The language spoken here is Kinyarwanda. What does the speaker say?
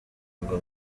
ngo